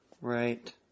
Right